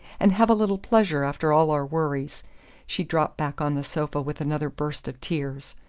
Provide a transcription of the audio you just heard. and have a little pleasure after all our worries she dropped back on the sofa with another burst of tears.